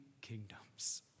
kingdoms